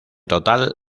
total